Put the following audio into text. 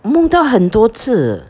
梦到很多次